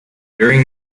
during